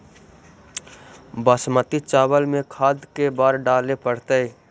बासमती चावल में खाद के बार डाले पड़तै?